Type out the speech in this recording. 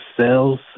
cells